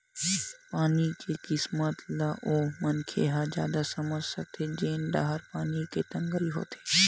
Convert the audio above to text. पानी के किम्मत ल ओ मनखे ह जादा समझ सकत हे जेन डाहर पानी के तगई होवथे